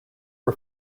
per